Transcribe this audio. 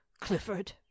Clifford